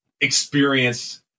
experience